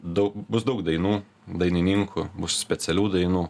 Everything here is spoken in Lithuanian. daug bus daug dainų dainininkų bus specialių dainų